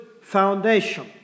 foundation